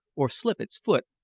or slip its foot,